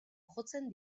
jotzen